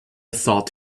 thought